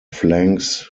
flanks